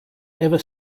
ever